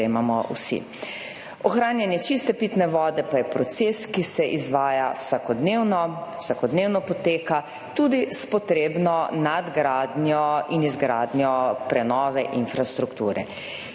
Ohranjanje čiste pitne vode pa je proces, ki se izvaja vsakodnevno, vsakodnevno poteka tudi s potrebno nadgradnjo in izgradnjo prenove infrastrukture.